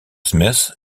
smith